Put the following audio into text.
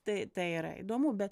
tai tai yra įdomu bet